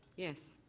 yes.